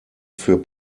für